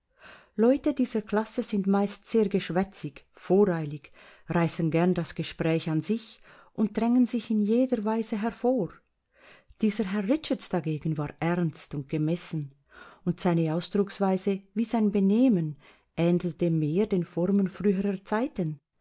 leute dieser klasse sind meist sehr geschwätzig voreilig reißen gern das gespräch an sich und drängen sich in jeder weise hervor dieser herr richards dagegen war ernst und gemessen und seine ausdrucksweise wie sein benehmen ähnelte mehr den formen früherer zeiten